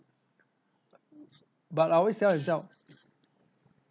but I always tell myself